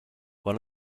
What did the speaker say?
one